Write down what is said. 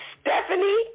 Stephanie